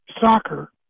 soccer